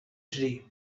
today